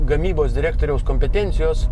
gamybos direktoriaus kompetencijos